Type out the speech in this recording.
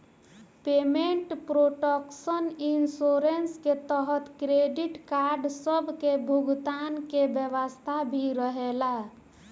payment protection insurance के तहत credit card सब के भुगतान के व्यवस्था भी रहेला